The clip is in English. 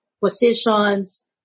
Positions